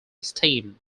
steam